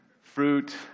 Fruit